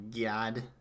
god